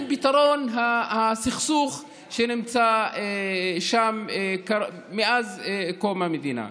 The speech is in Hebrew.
של פתרון הסכסוך שנמצא שם מאז קום המדינה.